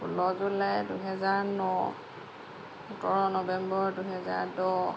ন July দুহেজাৰ ন সোতৰ নৱেম্বৰ দুহেজাৰ দহ